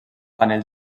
panells